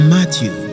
Matthew